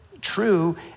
true